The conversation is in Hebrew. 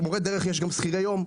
יש גם מורי דרך שהם שכירי יום.